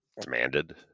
demanded